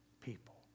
people